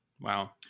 Wow